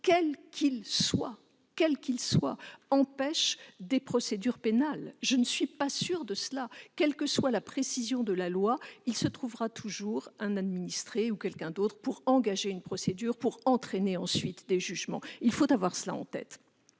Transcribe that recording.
quel qu'il soit, permette d'empêcher des procédures pénales. Quelle que soit la précision de la loi, il se trouvera toujours un administré ou quelqu'un d'autre pour engager une procédure qui entraînera des jugements. Il faut avoir cela en tête.